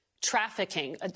trafficking